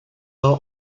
are